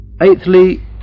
Eighthly